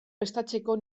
prestatzeko